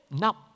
No